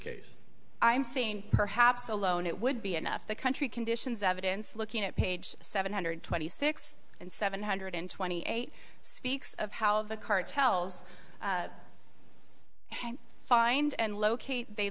case i'm saying perhaps alone it would be enough the country conditions evidence looking at page seven hundred twenty six and seven hundred twenty eight speaks of how the cartels and find and locate they